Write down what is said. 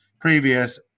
previous